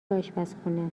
اشپزخونه